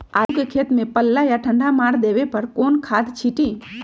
आलू के खेत में पल्ला या ठंडा मार देवे पर कौन खाद छींटी?